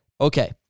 Okay